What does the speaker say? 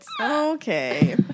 Okay